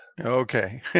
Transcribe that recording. okay